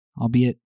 albeit